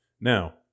Now